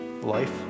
life